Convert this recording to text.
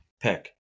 pick